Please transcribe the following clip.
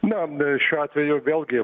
na šiuo atveju vėlgi